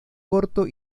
corto